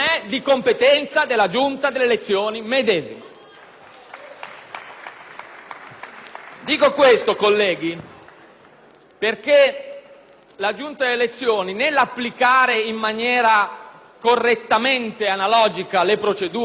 Dico questo, colleghi, perché la Giunta delle elezioni, nell'applicare in maniera correttamente analogica le procedure del diritto penale